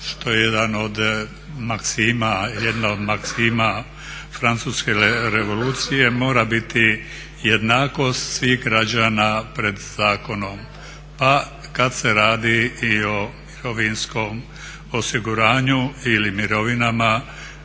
što je jedna od maksima Francuske revolucije, mora biti jednakost svih građana pred zakonom pa kad se radi i o mirovinskom osiguranju ili mirovinama